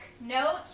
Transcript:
note